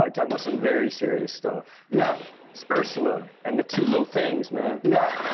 um talking about some very serious stuff. yeah so ursula and the two little things man. yeah